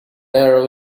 narrow